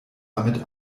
damit